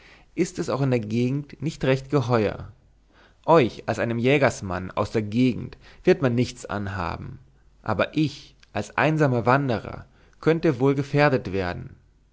ist es auch in der gegend nicht recht geheuer euch als einem jägersmann aus der gegend wird man nichts anhaben aber ich als einsamer wanderer könnte wohl gefährdet werden